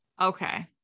okay